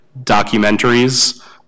documentaries